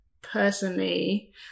personally